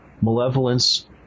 malevolence